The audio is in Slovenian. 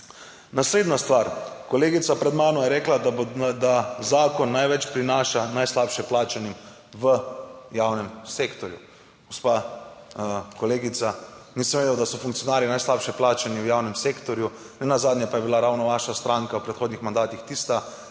Naslednja stvar. Kolegica pred mano je rekla, da zakon največ prinaša najslabše plačanim v javnem sektorju. Gospa kolegica, nisem vedel, da so funkcionarji najslabše plačani v javnem sektorju, nenazadnje pa je bila ravno vaša stranka v predhodnih mandatih tista,